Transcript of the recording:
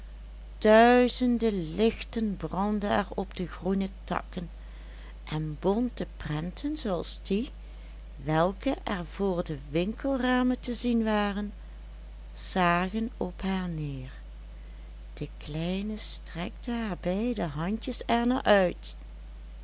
duizenden lichten brandden er op de groene takken en bonte prenten zooals die welke er voor de winkelramen te zien waren zagen op haar neer de kleine strekte haar beide handjes er naar uit